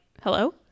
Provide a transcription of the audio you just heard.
hello